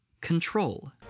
Control